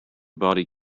body